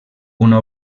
una